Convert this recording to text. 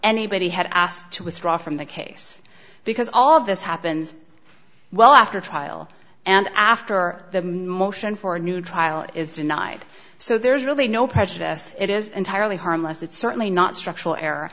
anybody had asked to withdraw from the case because all of this happens well after trial and after the motion for a new trial is denied so there's really no prejudice it is entirely harmless it's certainly not structural er